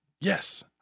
Yes